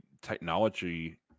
technology